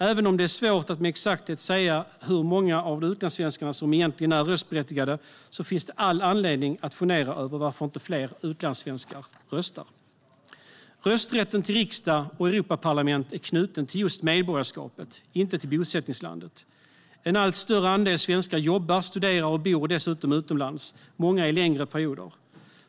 Även om det är svårt att med exakthet säga hur många av utlandssvenskarna som egentligen är röstberättigade finns det all anledning att fundera över varför inte fler utlandssvenskar röstar. Rösträtten till riksdag och Europaparlament är knuten till just medborgarskapet - inte till bosättningslandet. En allt större andel svenskar jobbar, studerar och bor dessutom utomlands, många i längre perioder.